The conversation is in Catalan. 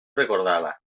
recordava